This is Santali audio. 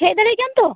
ᱦᱮᱡ ᱫᱟᱲᱮᱭᱟᱜ ᱜᱮᱭᱟᱢ ᱛᱚ